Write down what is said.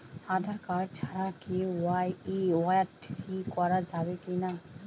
Aadhaar card ছাড়া কে.ওয়াই.সি করা যাবে কি না?